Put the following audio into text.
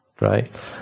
Right